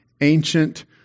ancient